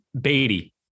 Beatty